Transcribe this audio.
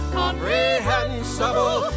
comprehensible